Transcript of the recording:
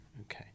Okay